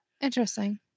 interesting